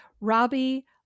Robbie